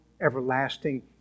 everlasting